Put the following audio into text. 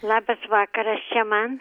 labas vakaras čia man